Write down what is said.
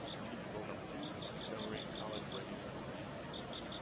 strategic goal number two, accelerate college readiness and equity.